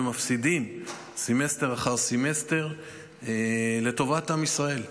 ומפסידים סמסטר אחר סמסטר לטובת עם ישראל.